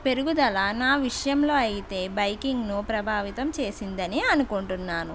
పెరుగుదల నా విషయంలో అయితే బైకింగ్ ను ప్రభావితం చేసిందని అనుకుంటున్నాను